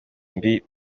mbi